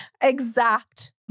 exact